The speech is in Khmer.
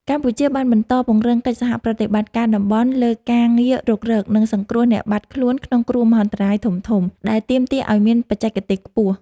កម្ពុជាបានបន្តពង្រឹងកិច្ចសហប្រតិបត្តិការតំបន់លើការងាររុករក និងសង្គ្រោះអ្នកបាត់ខ្លួនក្នុងគ្រោះមហន្តរាយធំៗ ដែលទាមទារឱ្យមានបច្ចេកទេសខ្ពស់។